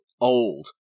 old